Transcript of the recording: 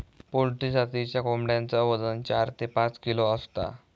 poultry जातीच्या कोंबड्यांचा वजन चार ते पाच किलो असता